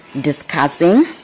discussing